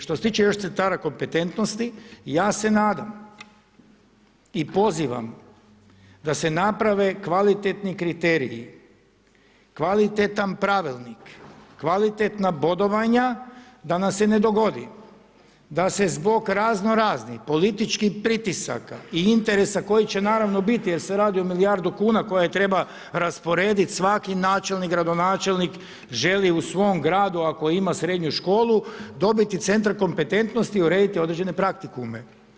Što se tiče još centara kompetentnosti, ja se nadam i pozivam da se naprave kvalitetni kriteriji, kvalitetan pravilnik, kvalitetna bodovanja, da nam se ne dogodi, da se zbog razno raznih političkih pritisaka i interesa koji će naravno biti jer se radi o milijardu kuna, koje treba rasporediti svaki načelnik, gradonačelnik, želi u svom gradu, ako ima srednju školu, dobiti centar kompetentnosti i urediti određene praktikume.